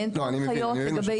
אין פה הנחיות לגבי איך.